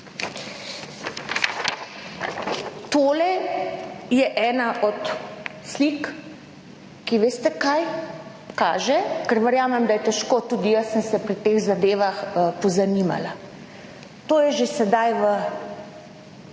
tole je ena od slik, ki veste kaj kaže, ker verjamem, da je težko, tudi jaz sem se pri teh zadevah pozanimala? To je že sedaj v